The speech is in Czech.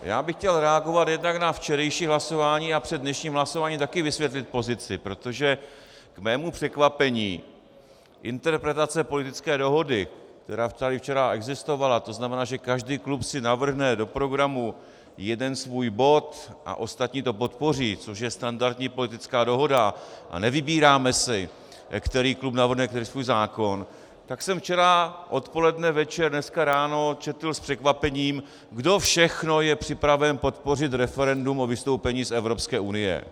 Já bych chtěl reagovat jednak na včerejší hlasování a před dnešním hlasováním také vysvětlit pozici, protože k mému překvapení interpretace politické dohody, která tady včera existovala, to znamená, že každý klub si navrhne do programu jeden svůj bod a ostatní to podpoří, což je standardní politická dohoda a nevybíráme si, který klub navrhne který svůj zákon, tak jsem včera odpoledne, večer, dneska ráno četl s překvapením, kdo všechno je připraven podpořit referendum o vystoupení z Evropské unie.